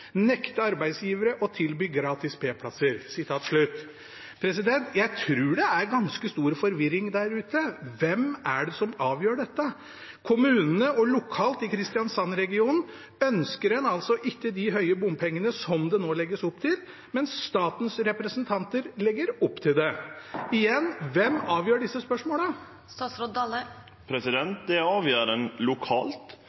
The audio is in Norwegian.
Nekte arbeidsgivere å tilby gratis p-plasser.» Jeg tror det er ganske stor forvirring der ute: Hvem er det som avgjør dette? I kommunene og lokalt i Kristiansand-regionen ønsker en altså ikke det høye nivået på bompenger som det nå legges opp til, men statens representanter legger opp til det. Igjen: Hvem avgjør disse